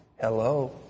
Hello